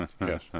Yes